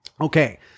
okay